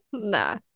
nah